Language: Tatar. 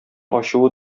ачуы